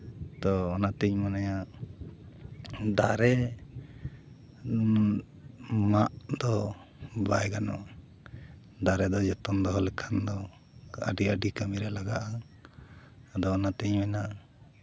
ᱛᱳ ᱚᱱᱟᱛᱤᱧ ᱢᱚᱱᱮᱭᱟ ᱫᱟᱨᱮ ᱢᱟᱜ ᱫᱚ ᱵᱟᱭ ᱜᱟᱱᱚᱜᱼᱟ ᱫᱟᱨᱮ ᱫᱚ ᱡᱚᱛᱚᱱ ᱫᱚᱦᱚ ᱞᱮᱠᱷᱟᱱ ᱫᱚ ᱟᱹᱰᱤ ᱟᱹᱰᱤ ᱠᱟᱹᱢᱤᱨᱮ ᱞᱟᱜᱟᱜᱼᱟ ᱟᱫᱚ ᱚᱱᱟᱛᱤᱧ ᱢᱮᱱᱟ